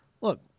Look